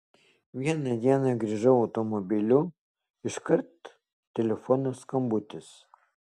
vieną dieną grįžau automobiliu iškart telefono skambutis